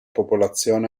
popolazione